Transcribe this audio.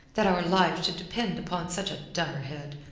that our lives should depend upon such a dummerhead.